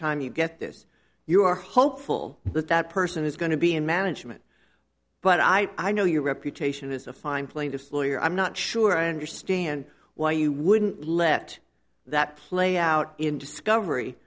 time you get this you are hopeful that that person is going to be in management but i know your reputation as a fine plaintiff's lawyer i'm not sure i understand why you wouldn't let that play out in discovery